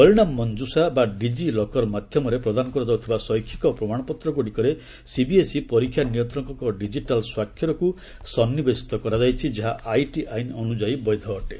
ପରୀଶାମ ମନ୍ଜୁଶା ବା ଡିଜିଲକର୍ ମାଧ୍ୟମରେ ପ୍ରଦାନ କରାଯାଉଥିବା ଶୈକ୍ଷିକ ପ୍ରମାଣପତ୍ରଗୁଡ଼ିକରେ ସିବିଏସ୍ଇ ପରୀକ୍ଷା ନିୟନ୍ତ୍ରକଙ୍କ ଡିକିଟାଲ ସ୍ୱାକ୍ଷରକୁ ସନ୍ଦିବେଶିତ କରାଯାଇଛି ଯାହା ଆଇଟି ଆଇନ ଅନୁଯାୟୀ ବୈଧ ଅଟେ